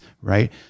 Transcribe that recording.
right